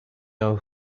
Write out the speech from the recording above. know